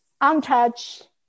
untouched